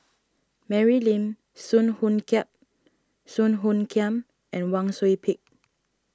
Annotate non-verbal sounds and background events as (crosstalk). Mary Lim Song Hoot (unintelligible) Song Hoot Kiam and Wang Sui Pick